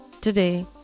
Today